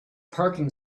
parking